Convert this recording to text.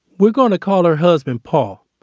we're going to call her husband paul.